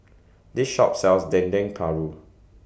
This Shop sells Dendeng Paru